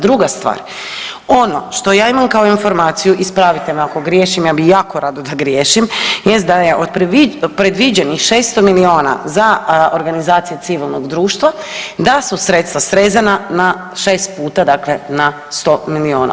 Druga stvar, ono što ja imam kao informaciju, ispravite me ako griješim, ja bi jako rado da griješim jest da je od predviđenih 600 milijuna za organizaciju civilnog društva, da su sredstva srezana na 6 puta, dakle na 100 milijuna.